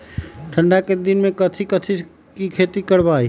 ठंडा के दिन में कथी कथी की खेती करवाई?